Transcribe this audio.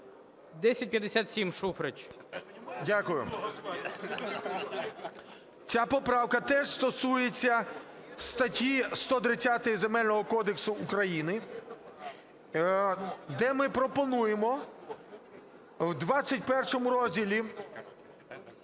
ШУФРИЧ Н.І. Дякую. Ця поправка теж стосується статті 130 Земельного кодексу України, де ми пропонуємо в 21 пункті Розділу